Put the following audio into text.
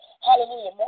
Hallelujah